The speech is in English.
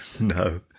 no